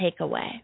takeaway